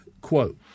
quote